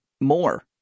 more